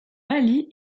mali